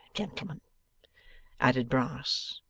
gentlemen added brass,